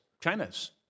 China's